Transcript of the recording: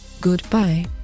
Goodbye